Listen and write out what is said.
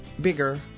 bigger